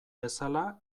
bezala